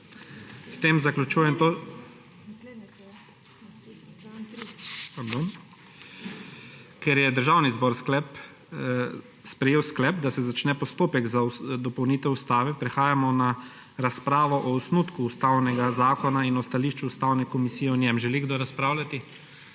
sklep sprejel. Ker je Državni zbor sprejel sklep, da se začne postopek za dopolnitev Ustave, prehajamo na razpravo o osnutku Ustavnega zakona in o stališču Ustavne komisije o njem. Želi kdo razpravljati?